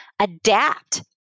adapt